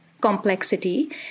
complexity